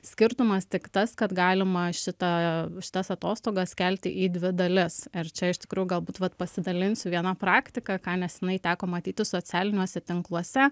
skirtumas tik tas kad galima šitą šitas atostogas skelti į dvi dalis ir čia iš tikrųjų galbūt vat pasidalinsiu viena praktika ką neseniai teko matyti socialiniuose tinkluose